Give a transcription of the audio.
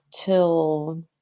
till